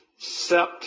sept